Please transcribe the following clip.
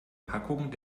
packung